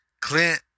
Clint